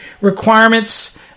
requirements